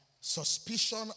suspicion